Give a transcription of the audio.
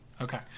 Okay